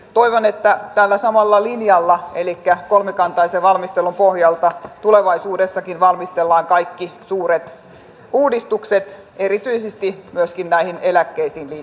toivon että tällä samalla linjalla elikkä kolmikantaisen valmistelun pohjalta tulevaisuudessakin valmistellaan kaikki suuret uudistukset erityisesti myöskin näihin eläkkeisiin liittyen